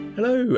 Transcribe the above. Hello